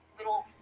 little